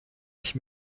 ich